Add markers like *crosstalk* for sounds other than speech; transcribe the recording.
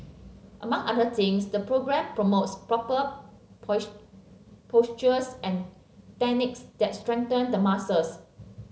among other things the programme promotes proper *unintelligible* postures and techniques that strengthen the muscles